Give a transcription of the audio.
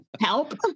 Help